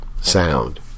sound